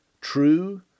true